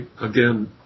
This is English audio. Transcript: again